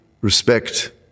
respect